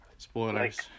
Spoilers